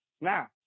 Now